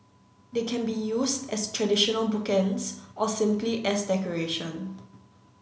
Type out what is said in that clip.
they can be used as traditional bookends or simply as decoration